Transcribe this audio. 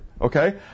okay